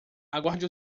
aguarde